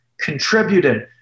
contributed